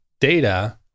data